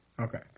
Okay